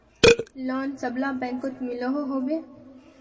Loan सबला बैंकोत मिलोहो होबे?